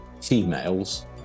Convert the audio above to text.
females